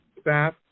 staff